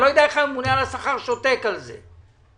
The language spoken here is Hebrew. אני לא יודע איך הממונה על השכר שותק בנושא הזה.